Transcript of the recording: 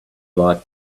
like